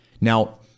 Now